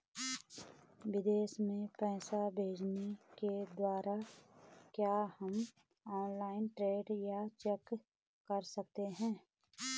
विदेश में पैसे भेजने के दौरान क्या हम ऑनलाइन ट्रैक या चेक कर सकते हैं?